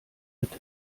test